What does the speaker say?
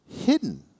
Hidden